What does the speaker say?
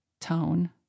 tone